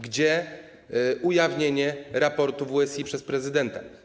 Gdzie ujawnienie raportu WSI przez prezydenta?